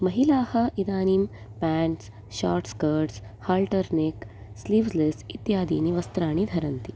महिलाः इदानीं pants short skirts halter neck sleeveless इत्यादीनि वस्त्राणि धरन्ति